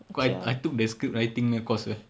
because I I took the scriptwriting punya course apa